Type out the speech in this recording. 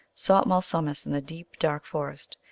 sought malsumsis in the deep, dark forest,